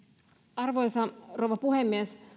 arvoisa rouva puhemies